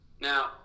Now